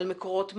על מקורות מים.